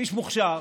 איש מוכשר.